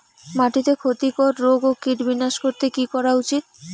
মাটিতে ক্ষতি কর রোগ ও কীট বিনাশ করতে কি করা উচিৎ?